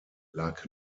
lag